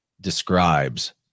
describes